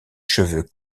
cheveux